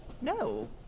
No